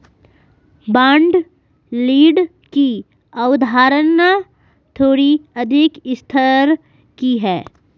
bond yield की अवधारणा थोड़ी अधिक स्तर की है